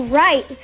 right